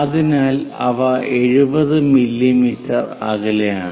അതിനാൽ അവ 70 മില്ലീമീറ്റർ അകലെയാണ്